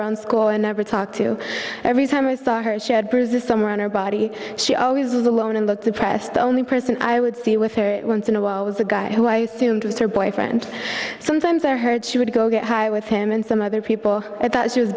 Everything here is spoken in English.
around school and never talked to every time i saw her she had bruises somewhere on her body she always was alone and looked depressed the only person i would see with her once in a while was a guy who i assumed was her boyfriend sometimes i heard she would go get high with him and some other people at that she was